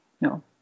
no